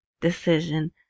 decision